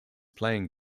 playing